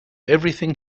everything